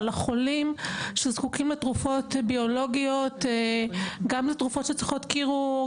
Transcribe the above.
החולים שזקוקים לתרופות ביולוגיות גם זה תרופות שצריכות קירור,